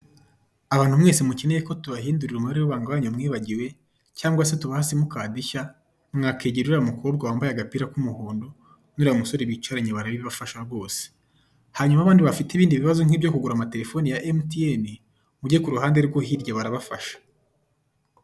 Abantu mwese mukeneye ko tubahindurira umubare w'ibanga wanyu mwibagiwe cyangwa ko tubaha simukadi nshya mwakegera uriya mukobwa wambaye agapira k'umuhondo n'uriya musore bicaranye barabibafasha rwose, hanyuma Abandi bafite ibibazo nk'ibyo kugura telefoni muge kuruhande rwo hirya barabibafasha.